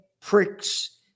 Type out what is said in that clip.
pricks